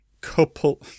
couple